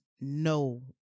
no